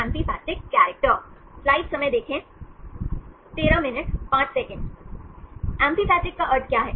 amphipathic का अर्थ क्या है